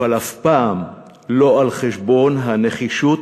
אבל אף פעם לא על-חשבון הנחישות